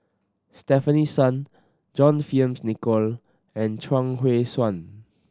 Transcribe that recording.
Stefanie Sun John Fearns Nicoll and Chuang Hui Tsuan